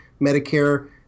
Medicare